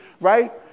right